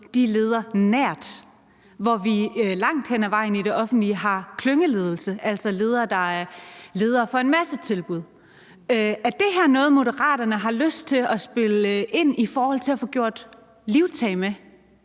de leder nært, hvor vi langt hen ad vejen i det offentlige har klyngeledelse, altså ledere, der er ledere for en masse tilbud. Er det her noget, Moderaterne har lyst til at spille ind i og få taget livtag med